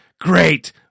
Great